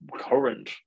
current